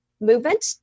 movement